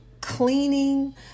cleaning